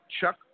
Chuck